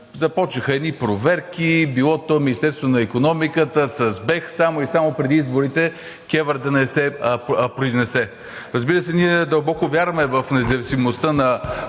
започнаха едни проверки било то от Министерството на икономиката с БЕХ само и само преди изборите КЕВР да не се произнесе. Разбира се, ние дълбоко вярваме в независимостта на